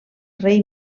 rei